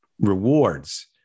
rewards